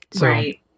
Right